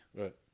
Right